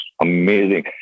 amazing